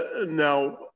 now